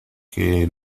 que